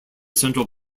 central